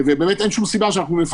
ובאמת אין שום סיבה שנפגר.